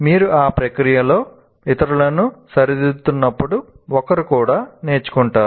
మీరు ఆ ప్రక్రియలో ఇతరులను సరిదిద్దుతున్నప్పుడు ఒకరు కూడా నేర్చుకుంటారు